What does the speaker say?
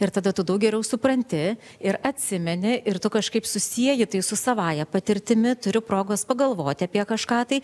ir tada tu daug geriau supranti ir atsimeni ir tu kažkaip susieji tai su savąja patirtimi turiu progos pagalvoti apie kažką tai